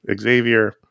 Xavier